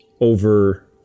Over